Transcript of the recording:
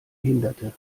hinderte